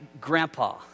grandpa